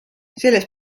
selles